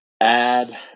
add